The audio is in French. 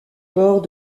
port